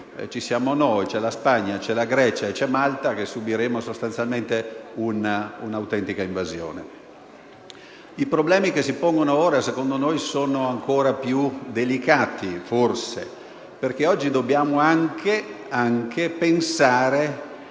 ci siamo noi, la Spagna, la Grecia e Malta, che subiremmo sostanzialmente un'autentica invasione. I problemi che si pongono ora, secondo noi, forse sono ancora più delicati, perché oggi dobbiamo pensare